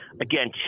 Again